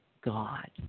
God